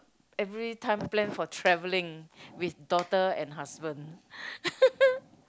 everytime plan for travelling with daughter and husband